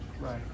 right